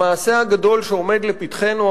המעשה הגדול שעומד לפתחנו,